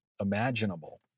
imaginable